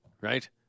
right